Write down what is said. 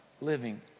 living